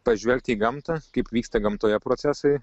pažvelgti į gamtą kaip vyksta gamtoje procesai